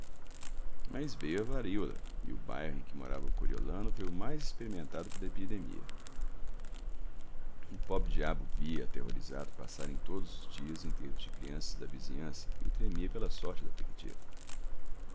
mas veio a varíola e o bairro em que morava o coriolano foi o mais experimentado pela epidemia o pobre-diabo via aterrorizado passarem todos os dias enterros de crianças da vizinhança e tremia pela sorte da pequetita